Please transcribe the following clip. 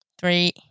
Three